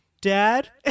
Dad